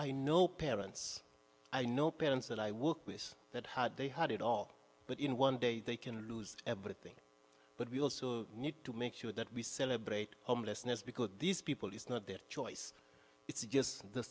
i know parents i know parents that i work with that had they had it all but in one day they can lose everything but we also need to make sure that we celebrate homelessness because these people it's not their choice it's just the